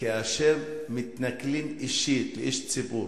כאשר מתנכלים אישית לאיש ציבור,